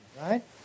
right